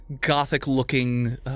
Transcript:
gothic-looking